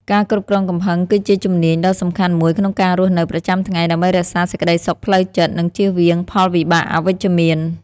ការគ្រប់គ្រងកំហឹងគឺជាជំនាញដ៏សំខាន់មួយក្នុងការរស់នៅប្រចាំថ្ងៃ ដើម្បីរក្សាសេចក្តីសុខផ្លូវចិត្ត និងជៀសវាងផលវិបាកអវិជ្ជមាន។